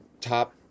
top